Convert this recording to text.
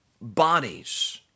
bodies